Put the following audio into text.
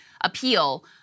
appeal